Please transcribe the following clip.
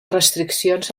restriccions